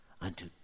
unto